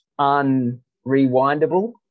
unrewindable